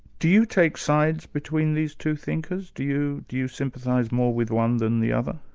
do you take sides between these two thinkers? do you do you sympathise more with one than the other?